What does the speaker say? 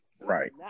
right